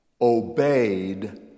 obeyed